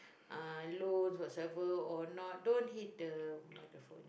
uh lose whatsoever or not don't hate the microphone